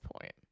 point